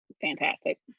fantastic